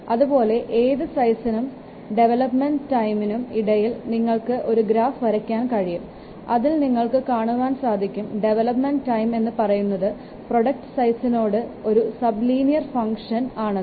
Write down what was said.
അതുപോലെ ഏത് സൈസിനും ഡെവലപ്മെൻറ് ടൈമിനും ഇടയിൽ നിങ്ങൾക്ക് ഒരു ഗ്രാഫ് വരയ്ക്കാൻ കഴിയും അതിൽ നിങ്ങൾക്ക് കാണുവാൻ സാധിക്കും ഡെവലപ്മെൻറ് ടൈം എന്ന് പറയുന്നത് പ്രോഡക്റ്റ് സൈസിനോട് ഒരു സബ് ലീനിയർ ഫംഗ്ഷൻ ആണെന്ന്